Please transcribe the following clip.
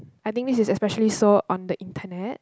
I think this is especially so on the Internet